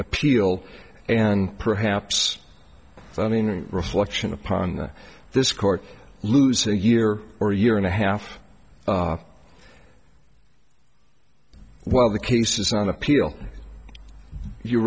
appeal and perhaps reflection upon this court lose a year or a year and a half while the case is on appeal you